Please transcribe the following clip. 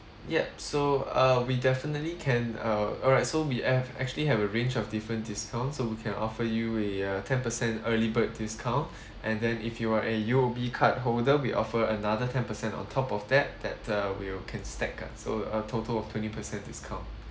yup so uh we definitely can uh alright so we have actually have a range of different discounts so we can offer you a uh ten percent early bird discount and then if you're a U_O_B card holder we offer another ten percent on top of that that uh we'll can stack uh so a total of twenty percent discount